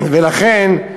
לכן,